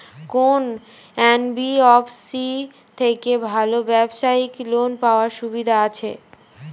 কোন এন.বি.এফ.সি থেকে ভালো ব্যবসায়িক লোন পাওয়ার সুবিধা আছে?